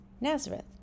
Nazareth